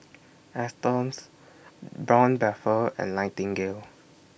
Astons Braun Buffel and Nightingale